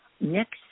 next